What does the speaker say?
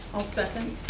i'll second.